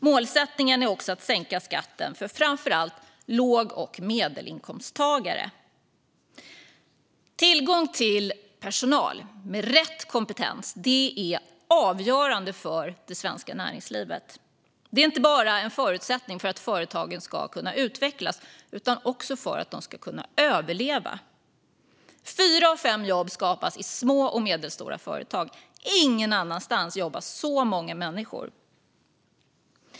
Målsättningen är också att sänka skatten för framför allt låg och medelinkomsttagare. Tillgången till personal med rätt kompetens är avgörande för det svenska näringslivet. Den är en förutsättning inte bara för att företagen ska kunna utvecklas utan också för att de ska kunna överleva. Fyra av fem jobb skapas i små och medelstora företag. Ingen annanstans jobbar så många människor.